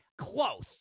close